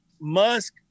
Musk